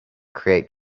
create